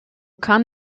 kann